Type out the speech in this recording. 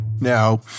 Now